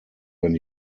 when